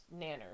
nanners